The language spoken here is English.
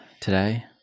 today